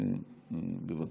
בבקשה.